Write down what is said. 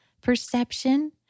perception